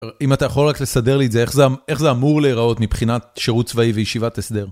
אם אתה יכול רק לסדר לי את זה, איך זה אמור להיראות מבחינת שירות צבאי וישיבת הסדר?